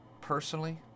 personally